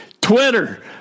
Twitter